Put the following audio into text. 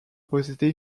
possédé